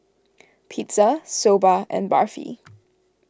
Pizza Soba and Barfi